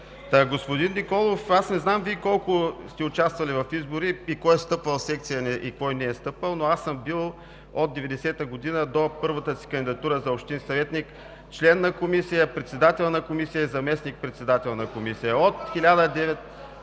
ГЕРБ.) Господин Николов, аз не знам Вие колко сте участвали в избори и кой е стъпвал в секция и кой не е стъпвал, но аз съм бил от 1990 г. до първата си кандидатура за общински съветник, член на комисия, председател на комисия, заместник-председател на комисия. (Реплики